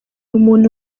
umuntu